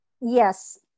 yes